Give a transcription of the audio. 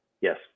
yes